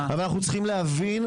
אבל אנחנו צריכים להבין.